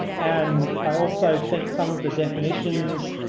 and i also think some of the definitions